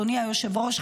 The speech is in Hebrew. אדוני היושב-ראש,